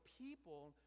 people